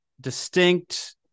distinct